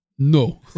No